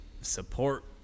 support